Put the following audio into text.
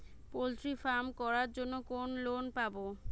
Poultry farm করার জন্য কোন লোন পাব?